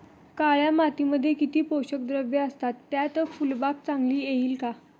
काळ्या मातीमध्ये किती पोषक द्रव्ये असतात, त्यात फुलबाग चांगली येईल का?